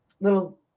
little